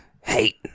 hate